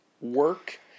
work